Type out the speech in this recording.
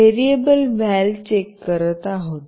variable "val " check करत आहोत